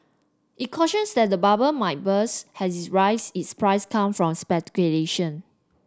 it cautions that the bubble burst has its rise is price come from speculation